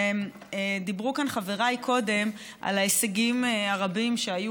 דיברו כאן חבריי קודם על ההישגים הרבים שהיו